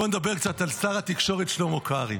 בואו נדבר קצת על שר התקשורת שלמה קרעי.